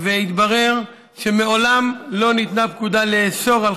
והתברר שמעולם לא ניתנה פקודה לאסור על